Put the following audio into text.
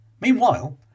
Meanwhile